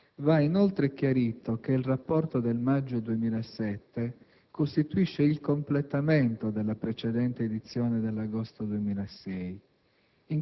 Va inoltre chiarito che il rapporto del maggio 2007 costituisce il completamento della precedente edizione dell'agosto 2006.